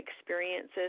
experiences